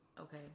Okay